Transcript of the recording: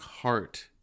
heart